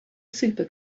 super